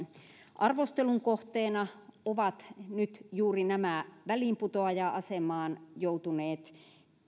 arvostelun kohteena ovat nyt juuri nämä välinputoaja asemaan joutuneet